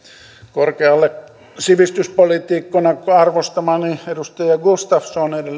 korkealle sivistyspoliitikkona arvostamani edustaja gustafsson joka